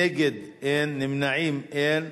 נגד, אין, נמנעים, אין.